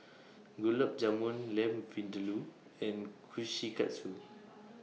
Gulab Jamun Lamb Vindaloo and Kushikatsu